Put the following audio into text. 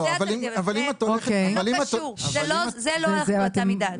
זה לא קשור, זאת לא הסכמה מדעת.